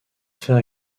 faire